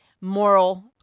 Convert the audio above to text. moral